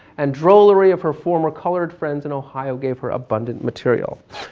and drollery of her former colored friends in ohio, gave her abundant material.